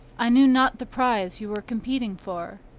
i knew not the prize you were competing for.